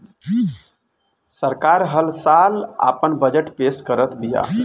सरकार हल साल आपन बजट पेश करत बिया